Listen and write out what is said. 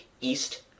east